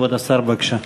כבוד השר, בבקשה.